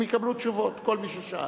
הם יקבלו תשובות, כל מי ששאל.